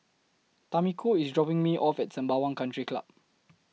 Tamiko IS dropping Me off At Sembawang Country Club